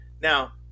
Now